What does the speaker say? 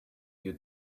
your